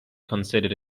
considered